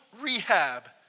rehab